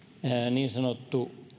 niin sanottu